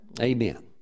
Amen